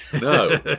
no